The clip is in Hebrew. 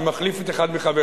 אני מחליף את אחד מחברי,